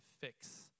fix